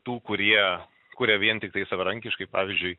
tų kurie kuria vien tiktai savarankiškai pavyzdžiui